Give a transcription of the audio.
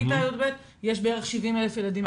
יש בערך 70,000 ילדים.